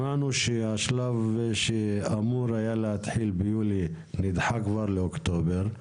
שמענו שהשלב שאמור היה להתחיל ביולי נדחה כבר לאוקטובר,